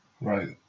Right